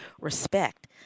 respect